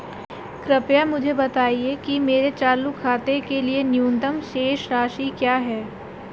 कृपया मुझे बताएं कि मेरे चालू खाते के लिए न्यूनतम शेष राशि क्या है